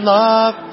love